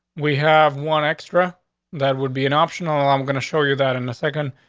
we have one extra that would be an optional. i'm going to show you that in a second,